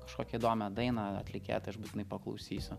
kažkokią įdomią dainą atlikėją tai aš būtinai paklausysiu